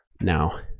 now